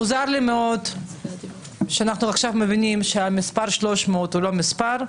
מוזר לי מאוד שאנחנו עכשיו מבינים שהמספר 300 הוא לא מספר,